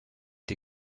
die